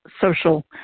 social